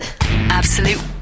Absolute